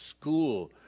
school